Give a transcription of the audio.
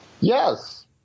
Yes